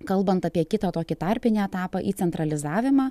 kalbant apie kitą tokį tarpinį etapą į centralizavimą